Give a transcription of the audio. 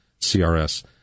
CRS